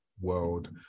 world